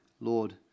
Lord